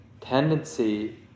tendency